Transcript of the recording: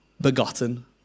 begotten